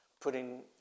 putting